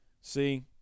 See